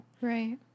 Right